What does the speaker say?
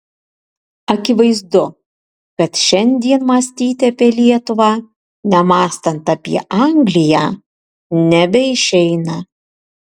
akivaizdu kad šiandien mąstyti apie lietuvą nemąstant apie angliją nebeišeina